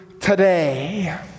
today